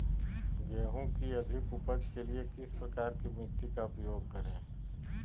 गेंहू की अधिक उपज के लिए किस प्रकार की मिट्टी का उपयोग करे?